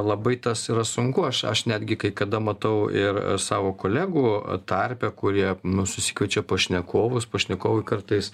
labai tas yra sunku aš aš netgi kai kada matau ir savo kolegų tarpe kurie nu susikviečia pašnekovus pašnekovai kartais